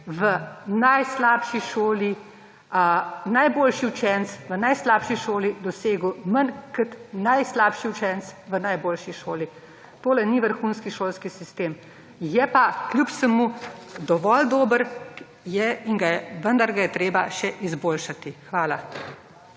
najboljši učenec v najslabši šoli dosegel manj kot najslabši učenec v najboljši šoli. Tole ni vrhunski šolski sistem; je kljub vsemu dovolj dober, vendar ga je treba še izboljšati. Hvala.